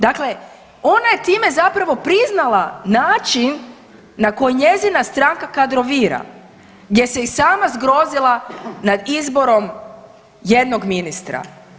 Dakle, ona je time zapravo priznala način na koji njezina stranka kadrovira, gdje se i sama zgrozila nad izborom jednog ministra.